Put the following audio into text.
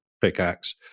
pickaxe